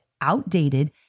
outdated